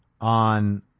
on